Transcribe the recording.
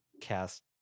cast